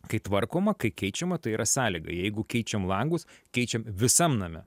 kai tvarkoma kai keičiama tai yra sąlyga jeigu keičiam langus keičiam visam name